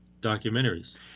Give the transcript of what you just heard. documentaries